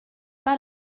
pas